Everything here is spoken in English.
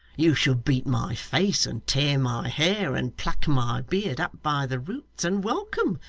you shall beat my face, and tear my hair, and pluck my beard up by the roots, and welcome,